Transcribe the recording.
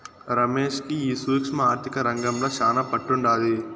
రమేష్ కి ఈ సూక్ష్మ ఆర్థిక రంగంల శానా పట్టుండాది